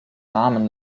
namen